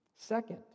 Second